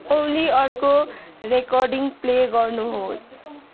ओली अर्को recording play गर्नुहोस्